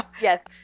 Yes